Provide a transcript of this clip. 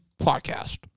podcast